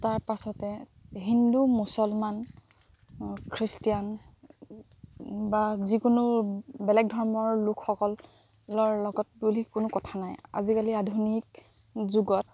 তাৰপাছতে হিন্দু মুছলমান খ্ৰীষ্টিয়ান বা যিকোনো বেলেগ ধৰ্মৰ লোকসকলৰ লগত বুলি কোনো কথা নাই আজিকালি আধুনিক যুগত